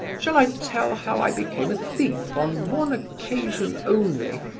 shall i tell how i became a thief on one occasion only,